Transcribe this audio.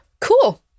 Cool